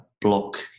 block